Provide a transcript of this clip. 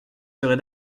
serez